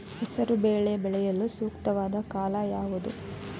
ಹೆಸರು ಬೇಳೆ ಬೆಳೆಯಲು ಸೂಕ್ತವಾದ ಕಾಲ ಯಾವುದು?